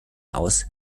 aus